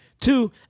Two